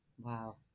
Wow